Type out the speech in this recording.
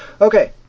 Okay